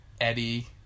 Eddie